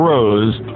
Rose